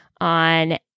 on